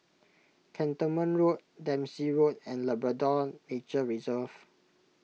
Cantonment Road Dempsey Road and Labrador Nature Reserve